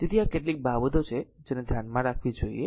તેથી આ કેટલીક બાબતો છે જેને ધ્યાનમાં રાખવી જોઈએ